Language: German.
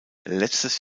letztes